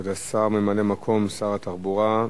כבוד השר, ממלא-מקום שר התחבורה,